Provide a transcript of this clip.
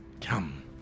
Come